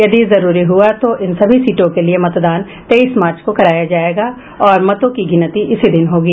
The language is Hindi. यदि जरूरी हुआ तो इन सभी सीटों के लिए मतदान तेईस मार्च को कराया जायेगा और मतों की गिनती इसी दिन होगी